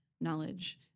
knowledge